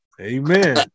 Amen